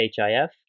HIF